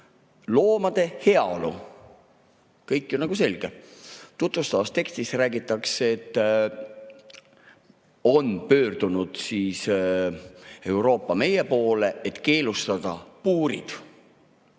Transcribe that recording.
"Loomade heaolu". Kõik on nagu selge. Tutvustavas tekstis räägitakse, et Euroopa on pöördunud meie poole, et keelustada puurid,